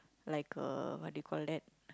like uh what they call that